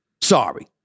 Sorry